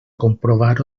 comprovar